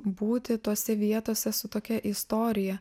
būti tose vietose su tokia istorija